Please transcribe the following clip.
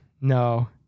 no